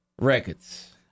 Records